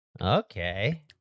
Okay